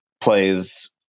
plays